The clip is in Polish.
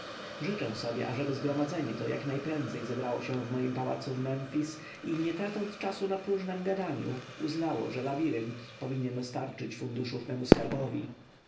życzę sobie ażeby zgromadzenie to jak najprędzej zebrało się w moim pałacu w memfis i nie tracąc czasu na próżnem gadaniu uznało że labirynt powinien dostarczyć funduszów memu skarbowi